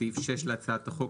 בסעיף 6 להצעת החוק,